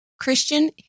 Christian